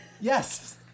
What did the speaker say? Yes